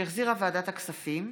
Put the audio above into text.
שהחזירה ועדת הכספים,